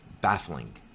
baffling